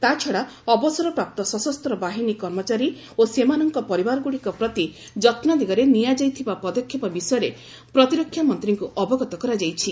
ତାଛଡ଼ା ଅବସର ପ୍ରାପ୍ତ ସଶସ୍ତ ବାହିନୀ କାର୍ମଚାରୀ ଓ ସେମାନଙ୍କ ପରିବାରଗୁଡ଼ିକ ପ୍ରତି ଯତ୍ନ ଦିଗରେ ନିଆଯାଇଥିବା ପଦକ୍ଷେପ ବିଷୟରେ ପ୍ରତିରକ୍ଷାମନ୍ତ୍ରୀଙ୍କୁ ଅବଗତ କରାଯାଇଛି